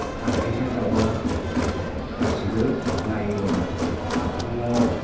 हाग्रानि दाउआ गासैबो नायोबा दङ